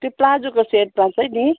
त्यो प्लाजोको सेटमा चाहिँ नि